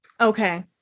Okay